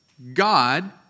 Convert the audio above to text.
God